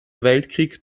weltkrieg